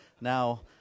now